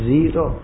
Zero